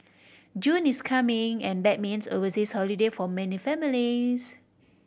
June is coming and that means overseas holiday for many families